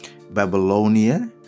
Babylonia